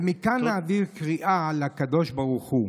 ומכאן נעביר קריאה לקדוש ברוך הוא: